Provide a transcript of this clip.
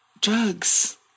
drugs